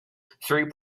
three